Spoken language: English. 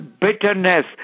bitterness